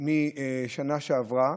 לעומת השנה שעברה,